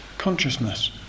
consciousness